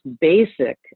basic